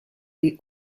les